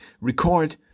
record